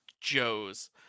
Joes